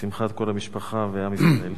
לשמחת כל המשפחה ועם ישראל.